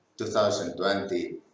2020